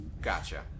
Gotcha